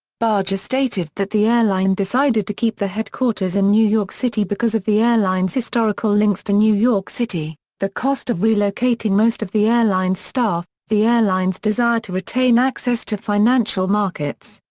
barger stated that the airline decided to keep the headquarters in new york city because of the airline's historical links to new york city, the cost of relocating most of the airline's staff, the airline's desire to retain access to financial markets,